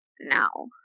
now